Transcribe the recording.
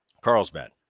Carlsbad